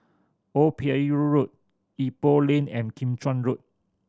Old Pier Road Ipoh Lane and Kim Chuan Road